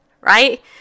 right